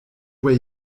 way